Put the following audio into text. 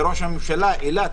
לראש הממשלה אילת,